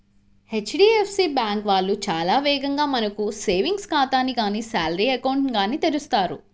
HDFC bank వాళ్ళు చాలా వేగంగా మనకు సేవింగ్స్ ఖాతాని గానీ శాలరీ అకౌంట్ ని గానీ తెరుస్తారు